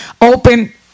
open